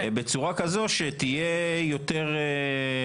האמת שזה נושא מאוד